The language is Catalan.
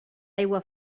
aigua